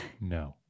No